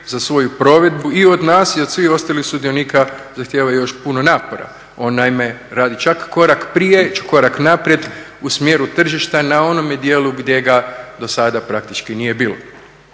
za svoju provedbu i od nas i od svih ostalih sudionika zahtjeva još puno napora. On naime radi čak korak prije, korak naprijed u smjeru tržišta na onome dijelu gdje ga do sada praktički nije bilo.